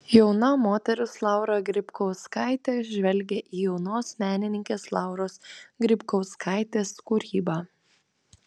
jauna moteris laura grybkauskaitė žvelgia į jaunos menininkės lauros grybkauskaitės kūrybą